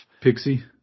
pixie